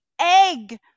egg